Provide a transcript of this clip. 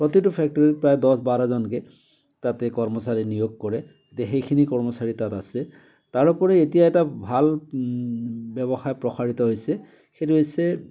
প্ৰতিটো ফেক্টৰীত প্ৰায় দহ বাৰজনকৈ তাতে কৰ্মচাৰী নিয়োগ কৰে গতিকে সেইখিনি কৰ্মচাৰী তাত আছে তাৰ উপৰি এতিয়া এটা ভাল ব্য়ৱসায় প্ৰসাৰিত হৈছে সেইটো হৈছে